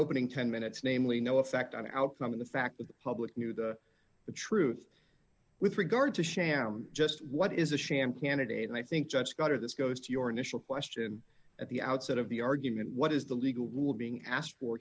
opening ten minutes namely no effect on the outcome of the fact that the public knew the truth with regard to sham just what is a sham candidate and i think judge scott or this goes to your initial question at the outset of the argument what is the legal rule being asked for